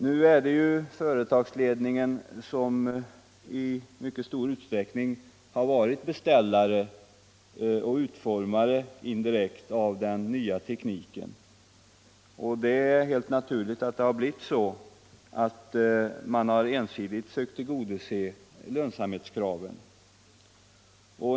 Nu är det företagsledningen som i mycket stor utsträckning heten indirekt har varit beställare och utformare av den nya tekniken. Det är helt naturligt att man ensidigt sökt tillgodose lönsamhetskraven.